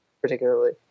particularly